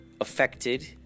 affected